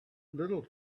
little